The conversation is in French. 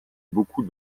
beaucoup